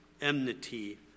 enmity